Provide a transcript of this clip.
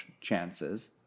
chances